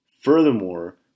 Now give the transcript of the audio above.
Furthermore